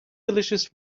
delicious